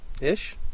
ish